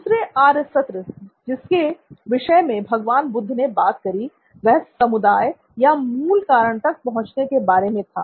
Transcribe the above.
दूसरे आर्य सत्य जिसके विषय में भगवान बुद्ध ने बात करी वह समुदाय या मूल कारण तक पहुंचने के बारे में था